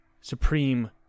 Supreme